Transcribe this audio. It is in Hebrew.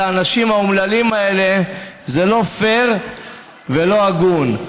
האנשים האומללים האלה זה לא פייר ולא הגון.